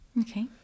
Okay